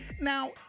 Now